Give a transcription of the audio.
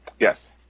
Yes